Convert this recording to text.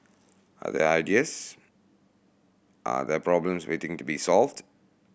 are there ideas are there problems waiting to be solved